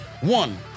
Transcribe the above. one